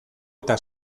eta